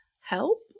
help